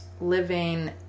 living